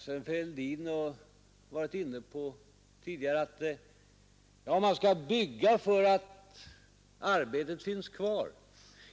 Herr Fälldin har tidigare varit inne på att man skall bygga för att arbetet skall finnas kvar.